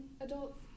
adults